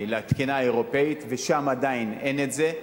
לתקינה האירופית, ושם עדיין אין את זה.